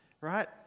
right